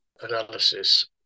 analysis